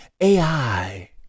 AI